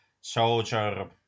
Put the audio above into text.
soldier